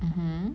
mmhmm